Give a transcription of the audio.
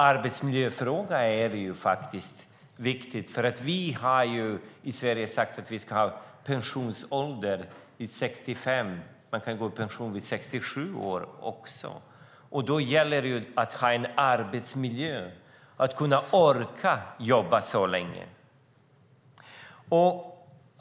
Arbetsmiljöfrågan är viktig eftersom vi i Sverige har sagt att vi ska ha en pensionsålder vid 65 år. Man kan gå i pension vid 67 år också. Då gäller det att ha en arbetsmiljö som gör att man orkar jobba så länge.